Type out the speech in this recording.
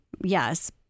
yes